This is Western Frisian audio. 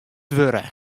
wurde